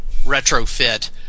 retrofit